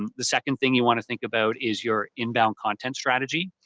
um the second thing you want to think about is your inbound content strategy.